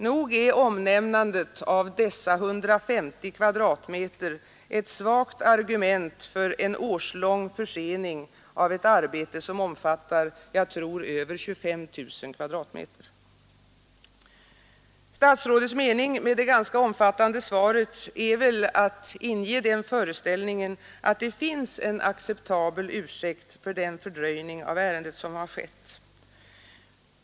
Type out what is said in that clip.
Nog är omnämnandet av dessa 150 kvadratmeter ett svagt argument för en årslång försening av ett arbete som, tror jag, omfattar över 25 000 kvadratmeter. Statsrådets mening med det ganska omfattande svaret är väl att inge den föreställningen att det finns en acceptabel ursäkt för den fördröjning av ärendet som har skett.